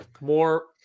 more